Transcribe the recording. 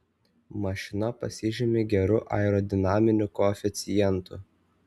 mašina pasižymi geru aerodinaminiu koeficientu